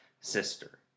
sister